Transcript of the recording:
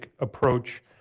approach